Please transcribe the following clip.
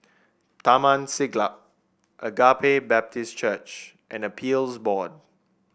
Taman Siglap Agape Baptist Church and Appeals Board